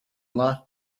life